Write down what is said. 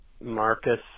Marcus